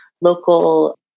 local